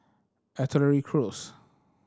Artillery Close